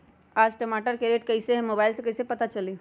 आज टमाटर के रेट कईसे हैं मोबाईल से कईसे पता चली?